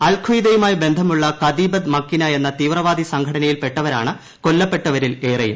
അൽ ഖയ്തയുമായി ബന്ധമുള്ള Katibat Macina എന്ന തീവ്രവാദി സംഘടനയിൽപെട്ടവരാണ് കൊല്ലപ്പെട്ടവരിൽ ഏറെയും